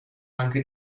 anche